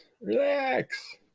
Relax